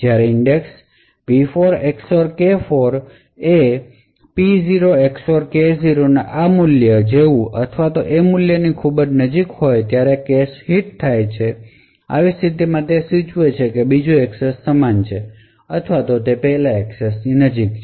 જ્યારે index P4 XOR K4 એ P0 XOR K0 ના આ મૂલ્ય જેવુ અથવા એ મૂલ્યની ખૂબ નજીક હોય ત્યારે કેશ હિટ થાય છે આવી સ્થિતિમાં તે સૂચવે છે કે આ બીજો એક્સેસ સમાન છે અથવા પહેલા એક્સેસની નજીક છે